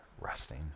resting